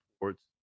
reports